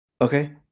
Okay